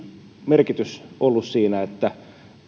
merkitys ollut siinä että